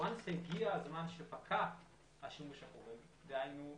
שהגיע הזמן שפקע השימוש החורג דהיינו,